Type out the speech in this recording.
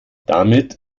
damit